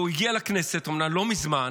הוא הגיע לכנסת אומנם לא מזמן,